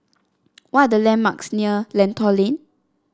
what are the landmarks near Lentor Lane